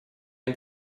ein